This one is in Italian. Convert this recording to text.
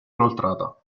inoltrata